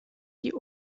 die